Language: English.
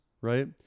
right